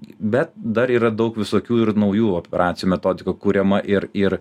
bet dar yra daug visokių ir naujų operacijų metodikų kuriama ir ir